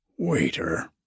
Waiter